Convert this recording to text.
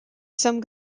some